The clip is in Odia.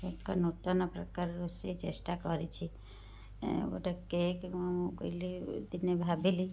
ମୁଁ ଏକ ନୂତନ ପ୍ରକାରର ରୋଷେଇ ଚେଷ୍ଟା କରିଛି ଏଁ ଗୋଟେ କେକ ମୁଁ କହିଲି ଦିନେ ଭାବିଲି